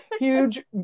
Huge